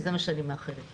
זה מה שאני מאחלת לכם.